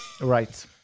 Right